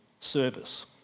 service